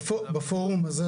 בפורום הזה,